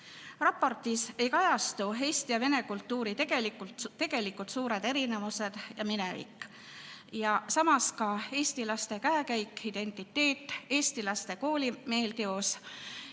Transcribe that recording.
Raportis ei kajastu eesti ja vene kultuuri tegelikult suured erinevused ja minevik ja samas ka eesti laste käekäik, identiteet, eesti laste koolimeeldivus.